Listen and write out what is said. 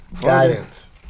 guidance